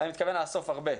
ואני מתכוון לאסוף הרבה,